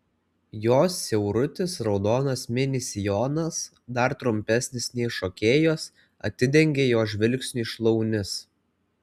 jos siaurutis raudonas mini sijonas dar trumpesnis nei šokėjos atidengia jo žvilgsniui šlaunis